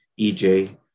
EJ